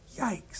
Yikes